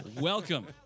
Welcome